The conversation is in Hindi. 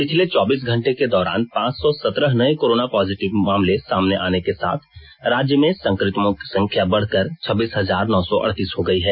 पिछले चौबीस घंटे के दौरान पांच सौ सत्रह नए कोरोना पॉजिटिव मामले सामने आने के साथ राज्य में संक्रमित की संख्या बढ़कर छब्बीस हजार नौ सौ अड़तीस हो गई है